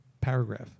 paragraph